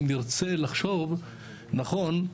אם נרצה לחשוב נכון,